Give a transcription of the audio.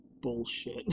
bullshit